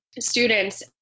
students